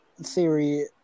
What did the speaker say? theory